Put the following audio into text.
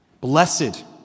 Blessed